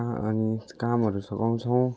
अनि कामहरू सघाउँछौँ